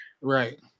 Right